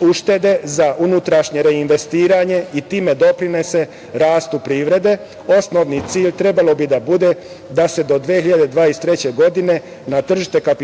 uštede za unutrašnje reinvestiranje i time doprinese rastu privrede. Osnovni cilj trebao bi da bude da se do 2023. godine, na tržište kapitala